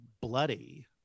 bloody